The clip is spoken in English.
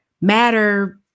matter